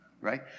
right